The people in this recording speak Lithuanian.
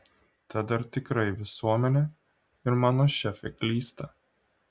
tad ar tikrai visuomenė ir mano šefė klysta